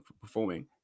performing